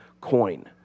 coin